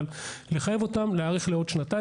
אבל לחייב אותם להאריך בעוד שנתיים.